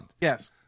yes